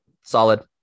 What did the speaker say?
solid